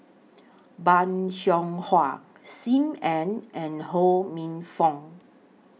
Bong Hiong Hwa SIM Ann and Ho Minfong